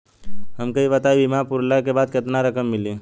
हमके ई बताईं बीमा पुरला के बाद केतना रकम मिली?